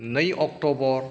नै अक्ट'बर